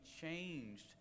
changed